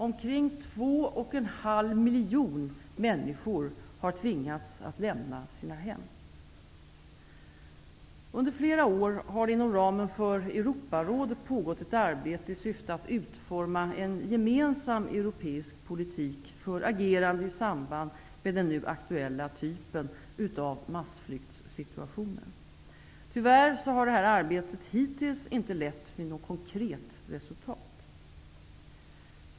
Omkring 2,5 miljoner människor har tvingats lämna sina hem. Under flera år har det inom ramen för Europarådet pågått ett arbete i syfte att utforma en gemensam europeisk politik för agerande i samband med den nu aktuella typen av massflyktssituationer. Tyvärr har detta arbete hittills inte lett till något konkret resultat.